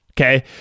Okay